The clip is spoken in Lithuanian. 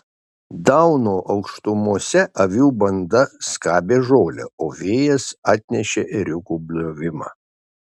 dauno aukštumose avių banda skabė žolę o vėjas atnešė ėriukų bliovimą